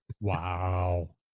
Wow